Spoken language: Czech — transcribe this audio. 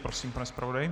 Prosím, pane zpravodaji.